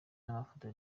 n’amafoto